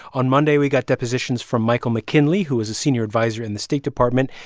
on monday, we got depositions from michael mckinley, who was a senior adviser in the state department,